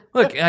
Look